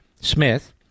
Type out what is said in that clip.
Smith